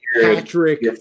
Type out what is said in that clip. Patrick